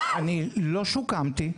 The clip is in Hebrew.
אני לא שוקמתי.